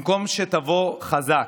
במקום שתבוא חזק,